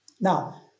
Now